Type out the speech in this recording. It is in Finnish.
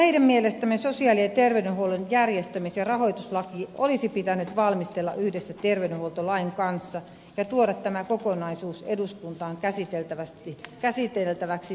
meidän mielestämme sosiaali ja terveydenhuollon järjestämis ja rahoituslaki olisi pitänyt valmistella yhdessä terveydenhuoltolain kanssa ja olisi pitänyt tuoda tämä kokonaisuus eduskuntaan käsiteltäväksi samanaikaisesti